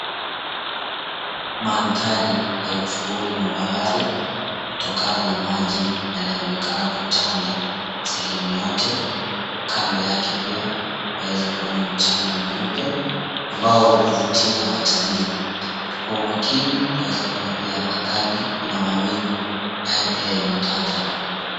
Maandhari ya ufuoni mwa bahari kutokana na maji yanayoonekana kutanda sehemu yote, kando yake pia twaweza kuona mchanga mweupe ambao huvutia watalii. Kwa umakini twaweza kuona pia angani kuna mawingu nayo pia yametanda.